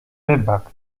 rybak